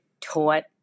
taught